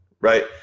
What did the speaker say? right